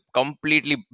completely